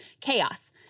chaos